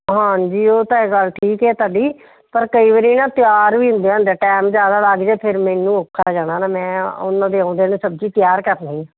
ਹਾਂਜੀ ਉਹ ਤਾਂ ਗੱਲ ਠੀਕ ਹੈ ਤੁਹਾਡੀ ਪਰ ਕਈ ਵਾਰ ਨਾ ਤਿਆਰ ਵੀ ਹੁੰਦਿਆ ਹੁੰਦਿਆ ਟਾਈਮ ਜ਼ਿਆਦਾ ਲੱਗ ਜਾਏ ਫਿਰ ਮੈਨੂੰ ਔਖਾ ਜਾਣਾ ਮੈਂ ਉਹਨਾਂ ਦੇ ਆਉਂਦਿਆਂ ਨੂੰ ਸਬਜ਼ੀ ਤਿਆਰ ਕਰਨੀ